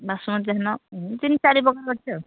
ବାସୁମତୀ ଧାନ ଏମତି ତିନି ଚାରି ପ୍ରକାର ଅଛି ଆଉ